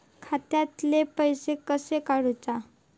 खात्यातले पैसे कशे काडूचा?